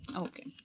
Okay